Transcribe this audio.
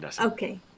Okay